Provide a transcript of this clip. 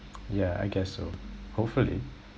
yeah I guess so hopefully